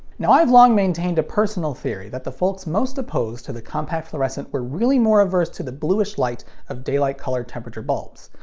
now, i've long maintained a personal theory that the folks most opposed to the compact fluorescent were really more averse to the blueish light of daylight color temperature bulbs.